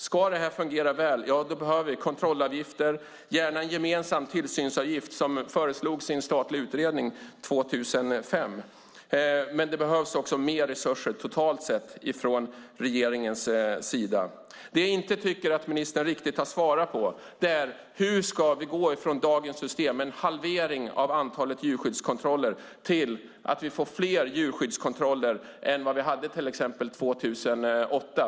Ska det här fungera väl behöver vi kontrollavgifter, gärna en gemensam tillsynsavgift, som föreslogs i en statlig utredning 2005. Men det behövs också mer resurser totalt sett från regeringens sida. Det jag inte tycker att ministern riktigt har svarat på är hur vi ska gå från dagens system med en halvering av antalet djurskyddskontroller till att vi får fler djurskyddskontroller än vad vi hade till exempel 2008.